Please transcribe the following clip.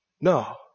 No